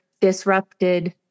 disrupted